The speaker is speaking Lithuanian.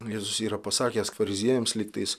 jėzus yra pasakęs fariziejams lygtais